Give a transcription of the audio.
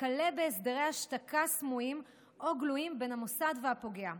וכלה בהסדרי השתקה סמויים או גלויים בין המוסד והפוגע.